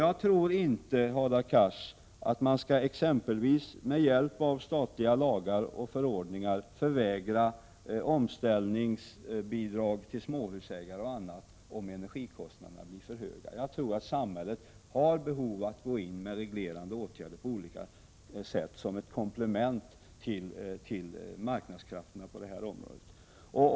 Jag tror inte, Hadar Cars, att man exempelvis med hjälp av lagar och förordningar skall förvägra småhusägare omställningsbidrag och annat om energikostnaderna blir för höga. Jag tror att samhället behöver gå in med reglerande åtgärder på olika sätt som ett komplement till marknadskrafterna på detta område.